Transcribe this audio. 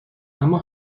اما